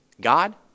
God